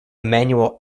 emanuel